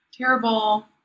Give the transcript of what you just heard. terrible